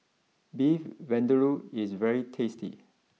Beef Vindaloo is very tasty